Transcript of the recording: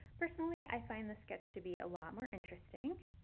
personally, i find this sketch to be a lot more interesting.